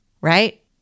right